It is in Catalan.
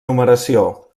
numeració